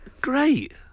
great